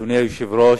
אדוני היושב-ראש,